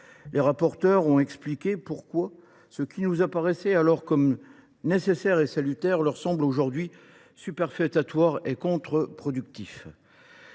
Les rapporteurs ont expliqué pourquoi ce qui nous apparaissait alors comme nécessaire et salutaire leur semble aujourd’hui superfétatoire et contre productif.